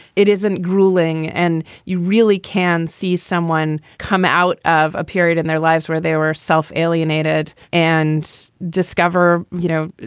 it isn't grueling and you really can see someone come out of a period in their lives where they were self alienated and discover, you know,